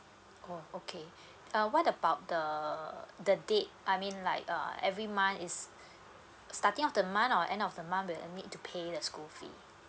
oh okay uh what about the the date I mean like uh every month is starting of the month or end of the month will I need to pay the school fee